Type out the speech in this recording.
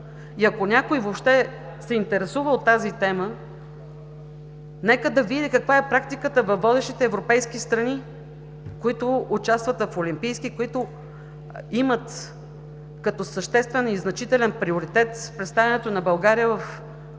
И ако някой въобще се интересува от тази тема, нека да види каква е практиката във водещите европейски страни, които участват в олимпийски игри, които имат като съществен и значителен приоритет представянето на страните си